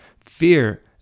Fear